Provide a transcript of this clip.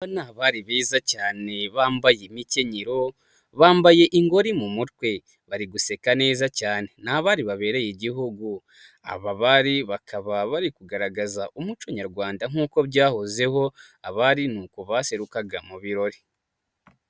Aba ni abari beza cyane, bambaye imikenyero, bambaye ingori mu mutwe, bari guseka neza cyane. Ni abari babereye igihugu aba bari bakaba bari kugaragaza umuco nyarwanda nk'uko byahozeho. abari nkuko baserukaga mu birori.